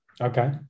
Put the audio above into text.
Okay